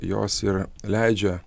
jos yra leidžia